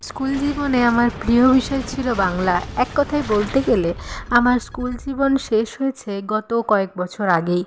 school জীবনে আমার প্রিয় বিষয় ছিল বাংলা এক কথায় বলতে গেলে আমার স্কুল জীবন শেষ হয়েছে গত কয়েক বছর আগেই